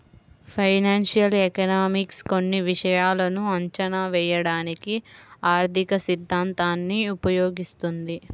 financial economics కొన్ని విషయాలను అంచనా వేయడానికి ఆర్థికసిద్ధాంతాన్ని ఉపయోగిస్తుంది